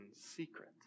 secret